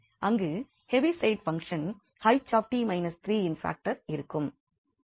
அங்கு ஹேவிசைடு பங்க்ஷ்ன்𝐻𝑡 − 3இன் பாக்டர் இருக்கும்